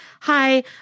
hi